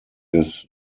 des